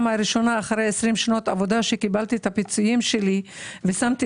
הראשונה אחרי 20 שנות עבודה כשקיבלתי את הפיצויים שלי ושמתי